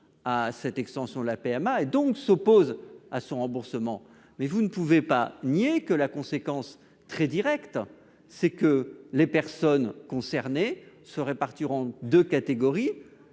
à cette extension de la PMA et donc à son remboursement, mais vous ne pouvez pas nier que la conséquence très directe de ce choix, c'est que les personnes concernées vont se répartir en deux catégories